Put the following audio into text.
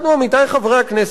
עמיתי חברי הכנסת,